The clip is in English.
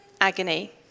agony